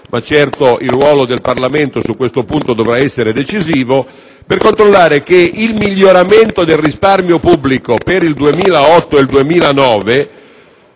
ma certo il ruolo del Parlamento su questo punto dovrà essere decisivo - che il miglioramento del risparmio pubblico per il 2008 e il 2009,